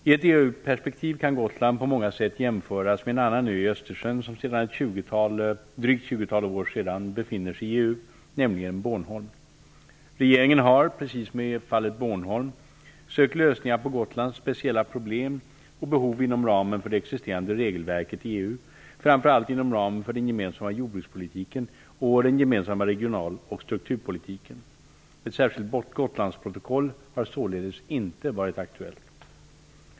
I ett EU-perspektiv kan Gotland på många sätt jämföras med en annan ö i Östersjön som sedan ett drygt 20-tal år befinner sig i EU -- nämligen Bornholm. Regeringen har, precis som i fallet Bronholm, sökt lösningar på Gotlands speciella problem och behov inom ramen för det existerande regelverket i EU -- framför allt inom ramen för den gemensamma jordbrukspolitiken och den gemensamma regional och strukturpolitiken. Ett särskilt Gotlandsprotokoll har således inte varit aktuellt.